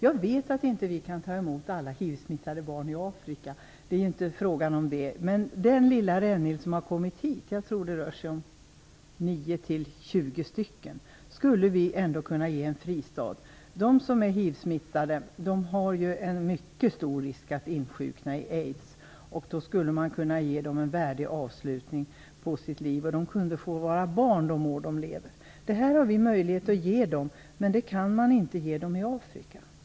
Jag vet att vi inte kan ta emot alla hivsmittade barn från Afrika. Det är inte frågan om det. Men den lilla rännil som har kommit hit skulle vi väl ändå kunna ge en fristad. Jag tror att det rör sig om 9-20 barn. De som är hivsmittade löper en mycket stor risk att insjukna i aids. Vi skulle kunna ge dem en värdig avslutning på livet. De kunde få vara barn de år de lever. Detta har vi möjlighet att ge dem. Det kan man inte göra i Afrika.